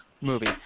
movie